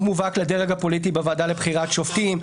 מובהק לדרג הפוליטי בוועדה לבחירת שופטים,